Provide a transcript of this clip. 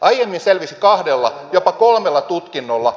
aiemmin selvisi kahdella jopa kolmella tutkinnolla